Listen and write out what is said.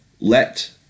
let